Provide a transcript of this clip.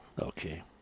Okay